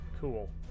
cool